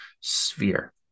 sphere